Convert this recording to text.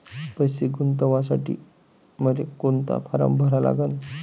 पैसे गुंतवासाठी मले कोंता फारम भरा लागन?